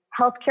healthcare